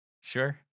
sure